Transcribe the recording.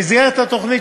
במסגרת התוכנית,